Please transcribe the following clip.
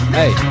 hey